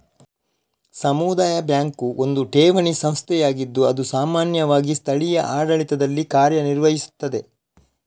ಸಮುದಾಯ ಬ್ಯಾಂಕು ಒಂದು ಠೇವಣಿ ಸಂಸ್ಥೆಯಾಗಿದ್ದು ಅದು ಸಾಮಾನ್ಯವಾಗಿ ಸ್ಥಳೀಯ ಆಡಳಿತದಲ್ಲಿ ಕಾರ್ಯ ನಿರ್ವಹಿಸ್ತದೆ